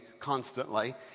constantly